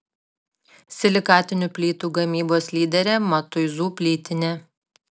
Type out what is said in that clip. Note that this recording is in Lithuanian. silikatinių plytų gamybos lyderė matuizų plytinė